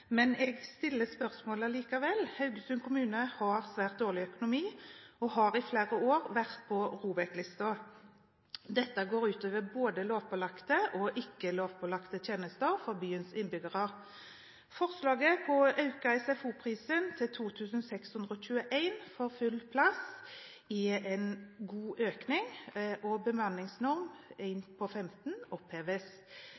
har svært dårlig økonomi og har i flere år vært på Robek-listen. Dette går ut over både lovpålagte og ikke lovpålagte tjenester for byens innbyggere. Forslaget på SFO-pris på 2 621 kroner for full plass, er en økning på 66 pst. Bemanningsnorm